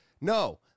no